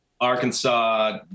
Arkansas